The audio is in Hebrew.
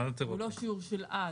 הוא לא שיעור של עד.